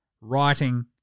writing